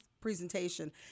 presentation